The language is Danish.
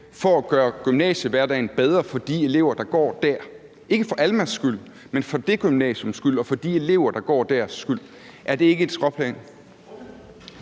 for at gøre gymnasiehverdagen bedre for de elever, der går dér – ikke for Almas skyld, men for det gymnasiums skyld og for de elevers skyld, der går der. Er det ikke et skråplan?